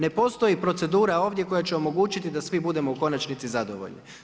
Ne postoji procedura ovdje koja će omogućiti da svi budemo u konačnici zadovoljni.